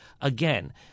again